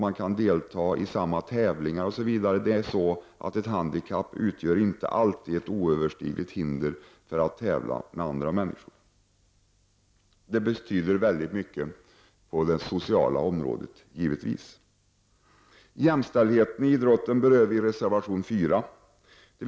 Man kan delta i samma tävlingar osv. Ett handikapp utgör inte alltid ett oöverstigligt hinder när det gäller att tävla mot andra människor. Detta betyder givetvis väldigt mycket på det sociala området. I reservation 4 berör vi frågan om jämställdheten inom idrotten.